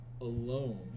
alone